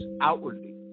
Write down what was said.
outwardly